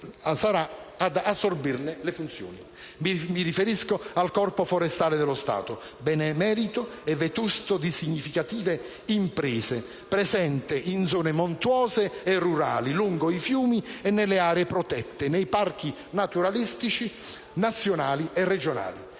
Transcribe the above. che ne assorbirà le funzioni. Mi riferisco al Corpo forestale dello Stato, benemerito e vetusto di significative imprese, presente in zone montuose e rurali, lungo i fiumi e nelle aree protette, nei parchi naturalistici nazionali e regionali.